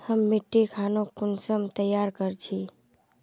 हम मिट्टी खानोक कुंसम तैयार कर छी?